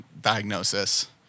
diagnosis